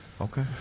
Okay